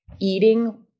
eating